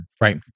Right